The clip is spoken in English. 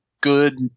good